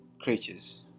creatures